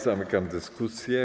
Zamykam dyskusję.